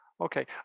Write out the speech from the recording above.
Okay